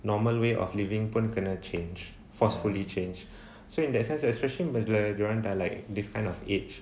normal way of living pun kena change forcefully change so in that sense you especially bila dia orang dah like this kind of age